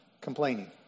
complaining